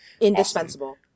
indispensable